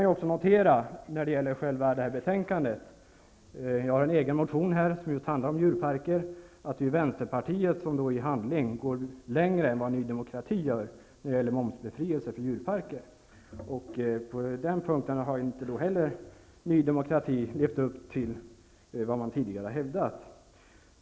Jag har en egen motion som just handlar om djurparker, och jag noterar i betänkandet att Vänsterpartiet i handling går längre än vad Ny demokrati gör när det gäller momsbefrielse för djurparker. Så inte heller på den punkten har Ny demokrati levt upp till vad partiet tidigare har hävdat.